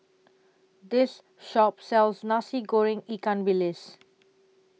This Shop sells Nasi Goreng Ikan Bilis